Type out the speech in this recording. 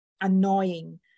annoying